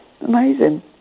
Amazing